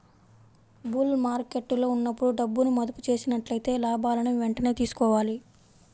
bull మార్కెట్టులో ఉన్నప్పుడు డబ్బును మదుపు చేసినట్లయితే లాభాలను వెంటనే తీసుకోవాలి